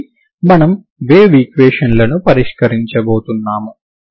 కాబట్టి మనము wave equation లను పరిష్కరించబోతున్నాము